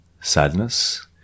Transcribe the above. sadness